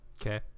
Okay